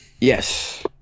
Yes